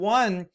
one